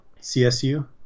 CSU